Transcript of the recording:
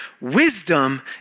Wisdom